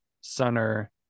center